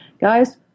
guys